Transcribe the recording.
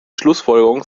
schlussfolgerungen